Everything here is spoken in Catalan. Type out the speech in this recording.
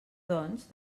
doncs